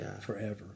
forever